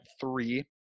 three